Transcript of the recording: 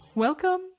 Welcome